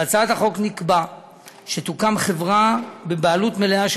בהצעת החוק נקבע שתוקם חברה בבעלות מלאה של